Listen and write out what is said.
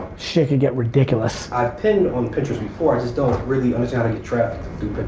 shit could get ridiculous. i've pinned on pinterest before, i just don't really understand any traffic through but